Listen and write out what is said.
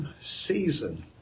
season